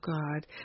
God